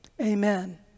Amen